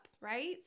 Right